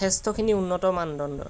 যথেষ্টখিনি উন্নতমান দণ্ডৰ